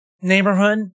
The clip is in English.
Neighborhood